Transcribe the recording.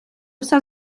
все